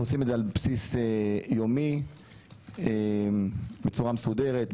עושים את זה על בסיס יומי בצורה מסודרת,